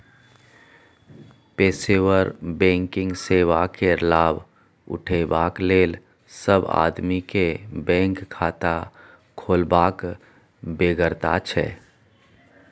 पेशेवर बैंकिंग सेवा केर लाभ उठेबाक लेल सब आदमी केँ बैंक खाता खोलबाक बेगरता छै